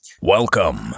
Welcome